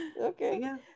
Okay